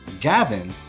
Gavin